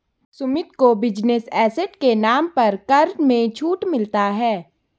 सुमित को business asset के नाम पर कर में छूट मिलता है